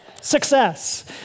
Success